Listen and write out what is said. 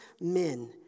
men